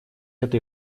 этой